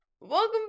welcome